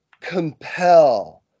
compel